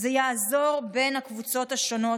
זה יעזור בין הקבוצות השונות,